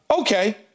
okay